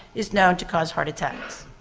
is known to cause heart attacks.